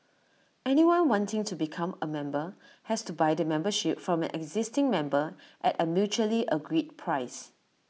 anyone wanting to become A member has to buy the membership from an existing member at A mutually agreed price